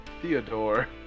theodore